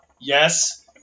yes